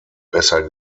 besser